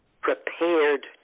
prepared